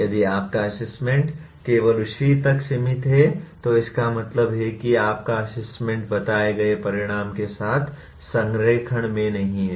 यदि आपका असेसमेंट केवल उसी तक सीमित है तो इसका मतलब है कि आपका असेसमेंट बताए गए परिणाम के साथ संरेखण में नहीं है